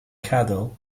cattle